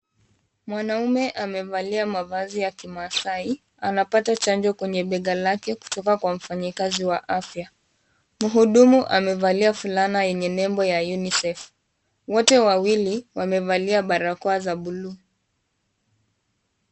Mwanaume aliyevalia mavazi ya kimaasai anapokea chanjo kwenye bega lake kutoka kwa mfanyikazi wa afya. Mhudumu amevalia fulana yenye nembo ya UNICEF. Wote wawili wamevalia barakoa za buluu.